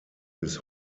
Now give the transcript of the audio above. bis